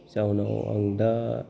जाउनाव आं दा